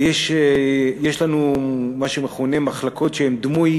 ויש לנו, מה שמכונה, מחלקות שהן דמויות